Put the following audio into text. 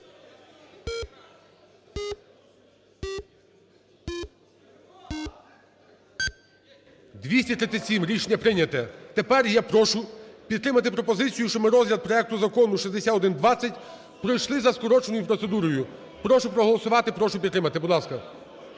За-237 Рішення прийнято. Тепер я прошу підтримати пропозицію, що ми розгляд проекту Закону 6120 пройшли за скороченою процедурою. Прошу проголосувати, прошу підтримати, будь ласка.